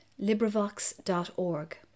LibriVox.org